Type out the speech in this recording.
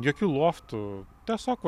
jokių loftų tiesiog